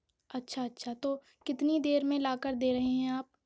اچھا اچھا تو کتنی دیر میں لا کر دے رہے ہیں آپ